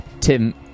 Tim